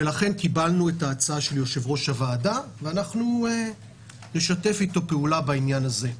לכן קבלנו את הצעת יושב-ראש הוועדה ונשתף אתו פעולה בעניין הזה.